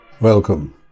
Welcome